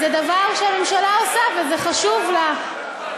זה דבר שהממשלה עושה וזה חשוב לה.